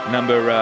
Number